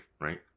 right